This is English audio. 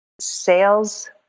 sales